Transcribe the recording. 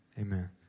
Amen